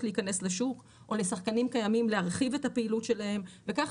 להיכנס לשוק או לשחקנים קיימים להרחיב את הפעילות שלהם וככה